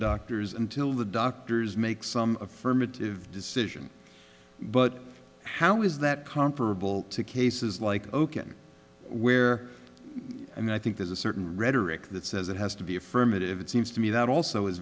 doctors until the doctors make some affirmative decision but how is that comparable to cases like oaken where i mean i think there's a certain rhetoric that says it has to be affirmative it seems to me that also is